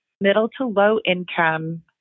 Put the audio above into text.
middle-to-low-income